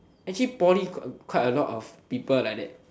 actually poly quite a lot of people like that